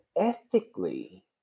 ethically